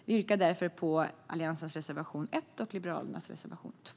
Vi yrkar därför bifall till Alliansens reservation 1.